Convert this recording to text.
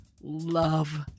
love